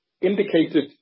indicated